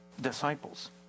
Disciples